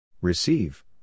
Receive